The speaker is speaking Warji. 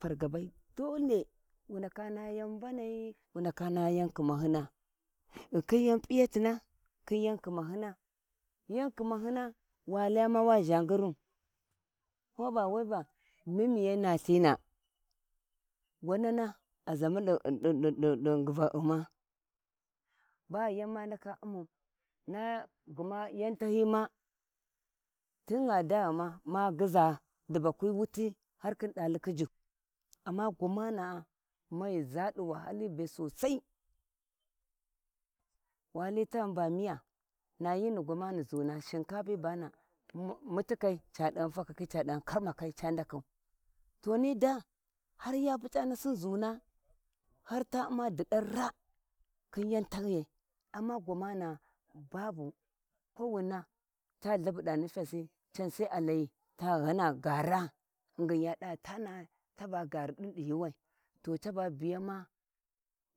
Pargabai dole wu ndaka naha yau mbanai wu naha yani khimaluna ghikhin yan p’iyatina ghikhin ya khimatuna yan khimahina yan khmahina wa laya ma ma zha ngiru ko ba we va mimiyai nallhina gwanma a zaunu di nguva’aghuma ba yan ma ndaka umau na gma yau tahiyi ma tigha daghuma ma guʒa dibakwi wuti har khi dali khiji amma gwamana’a mai zha di nzumi di wahali be sosai, wahali taghum ba muya nayi gwamani zuni shinkapi bana mutikai cadighau fakakai ca dighan karmakaya ca ndakau to ni sai ya pu’ca nasin zuna har ta umma didan raa khin yau tahiyai amma gwamana’a bubu kowina sai ta ltha abu da nifyasi can sai a layi ta ghana ghara ghingin ya dava fana’a taba gara din di yunwai to caba biyama